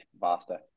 faster